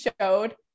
showed